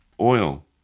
oil